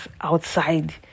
outside